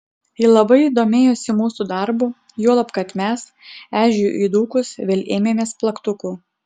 ji labai domėjosi mūsų darbu juolab kad mes ežiui įdūkus vėl ėmėmės plaktukų